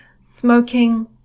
Smoking